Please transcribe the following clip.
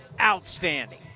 outstanding